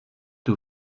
two